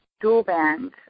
dual-band